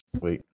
Wait